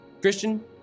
Christian